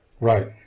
Right